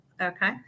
Okay